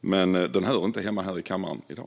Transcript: men den hör inte hemma här i kammaren i dag.